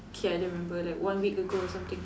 K I don't remember like one week ago or something